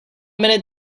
minute